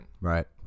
Right